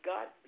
God